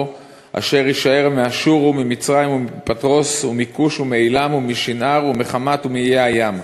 אשר ישאר מאשור וממצרים ומפתרוס ומכוש ומעילם ומשנער ומחמת ומאיי הים